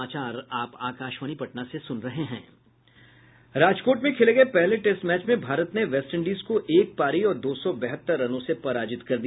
राजकोट में खेले गये पहले टेस्ट मैच में भारत ने वेस्टइंडीज को एक पारी और दो सौ बहत्तर रनों से पराजित कर दिया